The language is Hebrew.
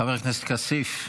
חבר הכנסת כסיף,